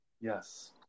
Yes